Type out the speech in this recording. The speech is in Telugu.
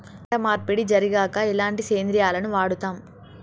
పంట మార్పిడి జరిగాక ఎలాంటి సేంద్రియాలను వాడుతం?